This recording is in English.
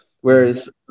Whereas